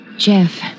Jeff